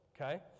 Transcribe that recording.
okay